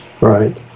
Right